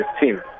team